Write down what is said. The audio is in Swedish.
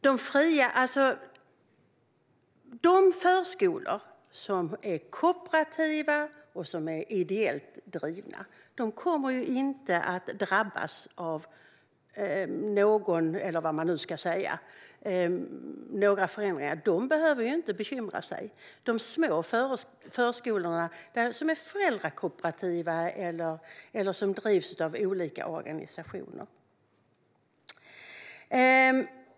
De förskolor som är kooperativa och de som är ideellt drivna kommer inte att drabbas av några förändringar. De behöver inte bekymra sig - det gäller de små förskolor som är föräldrakooperativa eller som drivs av olika organisationer.